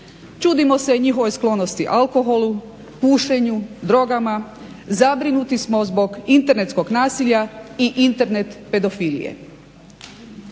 čudimo se njihovoj sklonosti alkoholu, pušenju, drogama, zabrinuti smo zbog internetskog nasilja i Internet pedofilije.